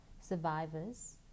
survivors